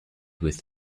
with